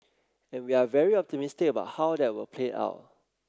and we're very optimistic about how that will play out